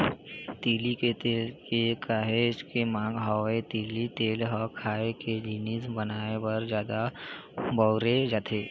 तिली के तेल के काहेच के मांग हवय, तिली तेल ह खाए के जिनिस बनाए बर जादा बउरे जाथे